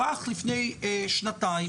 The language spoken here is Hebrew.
רק לפני שנתיים,